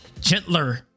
gentler